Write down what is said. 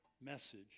message